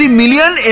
million